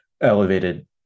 elevated